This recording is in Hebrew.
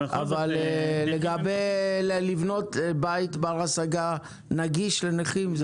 לגבי לבנות בית בר השגה נגיש לנכים,